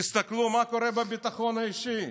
תסתכלו מה קורה בביטחון האישי: